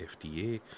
FDA